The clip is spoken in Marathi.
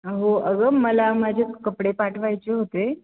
हो अगं मला माझे कपडे पाठवायचे होते